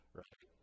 right